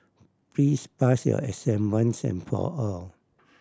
please pass your exam once and for all